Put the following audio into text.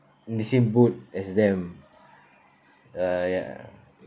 in the same boat as them uh ya